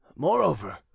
moreover